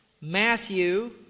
Matthew